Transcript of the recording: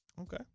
Okay